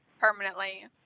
permanently